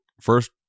first